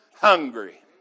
hungry